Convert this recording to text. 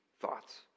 thoughts